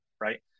Right